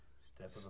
Step